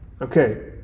Okay